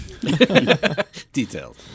Detailed